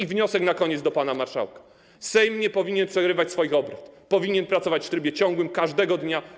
I na koniec wniosek do pana marszałka: Sejm nie powinien przerywać swoich obrad, powinien pracować w trybie ciągłym, każdego dnia.